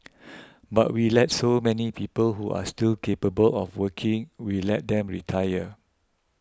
but we let so many people who are still capable of working we let them retire